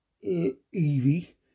Evie